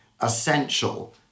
essential